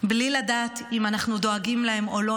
בלי לדעת אם אנחנו דואגים להם או לא,